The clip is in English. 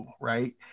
right